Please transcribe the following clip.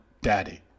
daddy